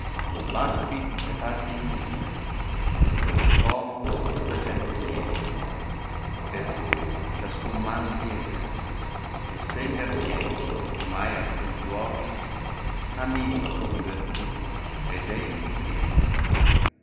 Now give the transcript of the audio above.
bastia le parti ignnde lo dolce pomo a tutta gente niega per cai ciascun man piega s egli atvien che tu mai aìcnn tmoid amico di vertù ed ei ti priega